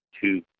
two